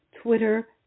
Twitter